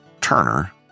Turner